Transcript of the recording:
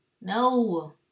no